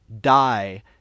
die